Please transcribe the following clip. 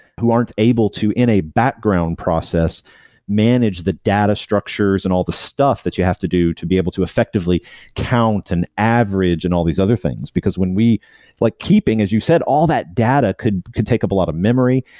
who aren't able to in a background process manage the data structures and all the stuff that you have to do to be able to effectively count an average and all these other things, because when we like keeping as you said, all that data could could take up a lot of memory.